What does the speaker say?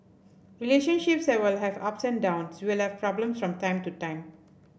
relationships will have ups and downs we will have problems from time to time